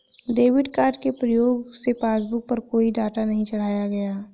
debit card के प्रयोग से पासबुक पर कोई डाटा नहीं चढ़ाया गया है